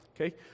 okay